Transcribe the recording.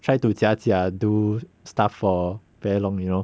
try to 假假 do stuff for very long you know